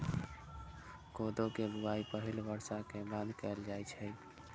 कोदो के बुआई पहिल बर्षा के बाद कैल जाइ छै